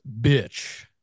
bitch